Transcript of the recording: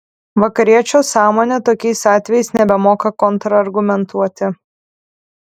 vakariečio sąmonė tokiais atvejais nebemoka kontrargumentuoti